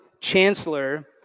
chancellor